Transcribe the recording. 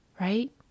right